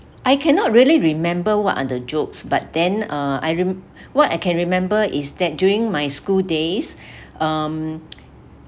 I cannot really remember what are the jokes but then uh I remember what I can remember is that during my school days um